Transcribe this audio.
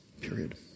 Period